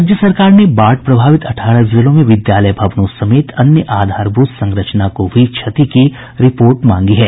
राज्य सरकार ने बाढ़ प्रभावित अठारह जिलों में विद्यालय भवनों समेत अन्य आधारभूत संरचना को हुई क्षति की रिपोर्ट मांगी है